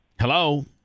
Hello